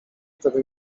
wtedy